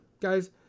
Guys